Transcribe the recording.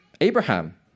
Abraham